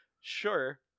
sure